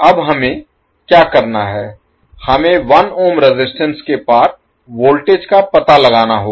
अब हमें क्या करना है हमें 1 ohm रेजिस्टेंस के पार वोल्टेज का पता लगाना होगा